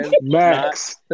Max